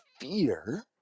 fear